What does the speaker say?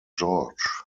george